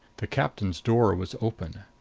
the captain's door was open.